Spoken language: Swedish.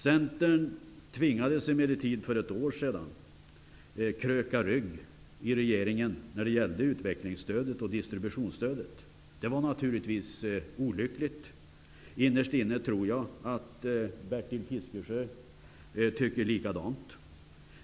Centern tvingades emellertid för ett år sedan att kröka rygg i regeringen när det gällde utvecklingsoch distributionsstödet. Detta var naturligtvis olyckligt. Jag tror att Bertil Fiskejö innerst inne tycker likadant.